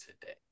today